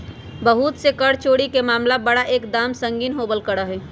बहुत से कर चोरी के मामला बड़ा एक दम संगीन होवल करा हई